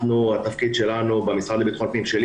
התפקיד שלי במשרד לביטחון הפנים,